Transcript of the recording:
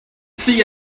see